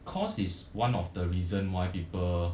cost is one of the reason why people